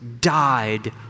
died